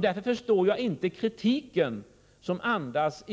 Därför förstår jag inte kritiken